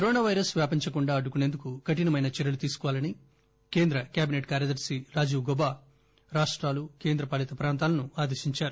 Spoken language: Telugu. కరోనా పైరస్ వ్యాపించకుండా అడ్డుకుసేందుకు కఠినమైన చర్యలు తీసుకోవాలని కేంద్ర క్యాబినెట్ కార్యదర్శి రాజీప్ గౌబా రాష్టాలు కేంద్ర పాలిత ప్రాంతాలను ఆదేశించారు